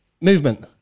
movement